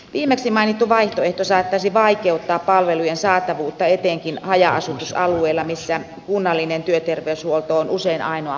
viimeksi mainittu vaihtoehto saattaisi vaikeuttaa palvelujen saatavuutta etenkin haja asutusalueella missä kunnallinen työterveyshuolto on usein ainoa palveluntuottaja